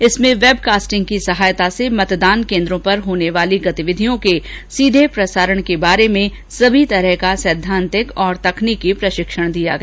इसमें web casting की सहायता से मतदान केन्द्रों पर होने वाली गतिविधियों के सीधे प्रसारण से संबंधित सभी प्रकार का सैद्धांतिक और तकनीकी प्रशिक्षण दिया गया